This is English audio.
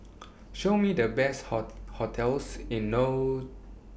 Show Me The Best hotels in No